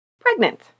pregnant